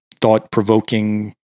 thought-provoking